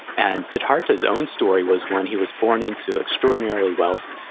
and siddhartha's own story was one, he was born into extraordinarily wealth.